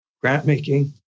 grant-making